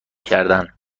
کردن